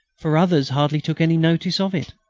for others hardly took any notice of it.